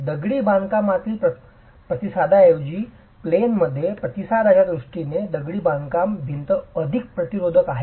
दगडी बांधकामातील प्रतिसादाऐवजी प्लेन मध्ये प्रतिसादाच्या दृष्टीने दगडी बांधकाम भिंत अधिक प्रतिरोधक आहे